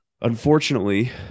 Unfortunately